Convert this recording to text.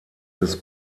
des